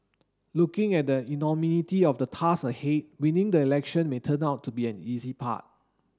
looking at the enormity of the task ahead winning the election may turn out to be the easy part